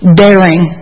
daring